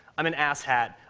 i'm an ass hat.